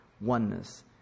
oneness